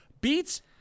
beats